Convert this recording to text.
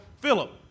Philip